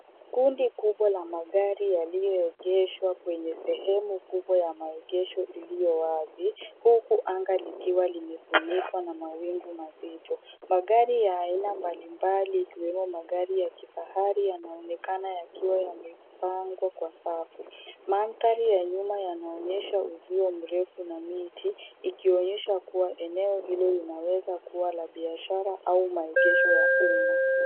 Kundi kubwa la magari yaliyoegeshwa kwenye sehemu kubwa ya maegesho iliyo wazi uku anga likiwa limefunikwa na mawingu mazito. Magari ya aina mbali mbali yakiwemo magari ya kifahari yanaonekana yakiwa yamepagwa kwa safu. Mandhari ya nyuma yanaonyesha uzio mrefu na miti ikionyesha kuwa eneo hilo linaweza kuwa la biashara au maegesho ya umma.